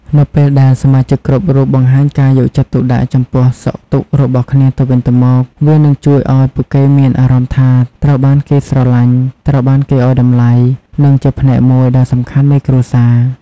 នៅពេលដែលសមាជិកគ្រប់រូបបង្ហាញការយកចិត្តទុកដាក់ចំពោះសុខទុក្ខរបស់គ្នាទៅវិញទៅមក វានឹងជួយឲ្យពួកគេមានអារម្មណ៍ថាត្រូវបានគេស្រឡាញ់ ត្រូវបានគេឲ្យតម្លៃ និងជាផ្នែកមួយដ៏សំខាន់នៃគ្រួសារ។